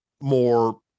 more